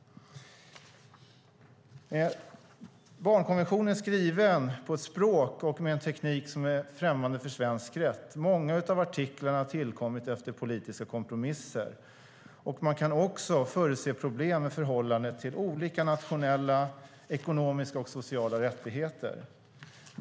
Barnkonventionen är skriven på ett språk och med en teknik som är främmande för svensk rätt. Många av artiklarna har tillkommit efter politiska kompromisser. Man kan också förutse problem med förhållandet till olika nationella, ekonomiska och sociala rättigheter.